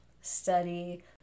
study